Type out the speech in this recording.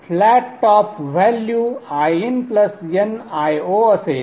flat top value IinnIoअसेल